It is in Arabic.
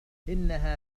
إنها